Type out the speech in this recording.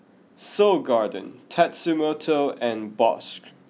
Seoul Garden Tatsumoto and Bosch